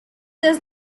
this